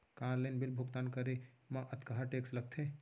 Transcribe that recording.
का online bill भुगतान करे मा अक्तहा टेक्स लगथे?